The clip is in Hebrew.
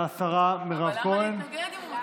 תודה רבה לשרה מירב כהן.